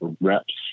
reps